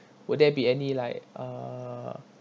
will there be any like uh